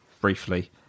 briefly